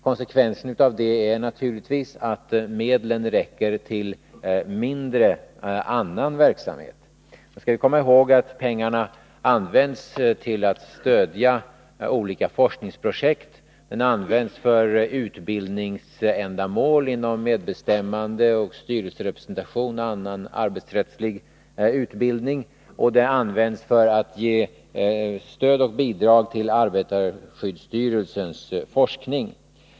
Konsekvensen av det blir naturligtvis att medlen räcker till mindre av annan verksamhet. Vi skall också komma ihåg att medlen används till att stödja olika forskningsprojekt, för utbildningsändamål — när det gäller medbestämmande, styrelserepresentation och annan arbetsrättslig utbildning — och för att ge stöd och bidrag till arbetarskyddsstyrelsens forskning.